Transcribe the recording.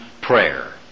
prayer